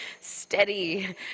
steady